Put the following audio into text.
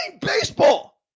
baseball